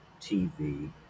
TV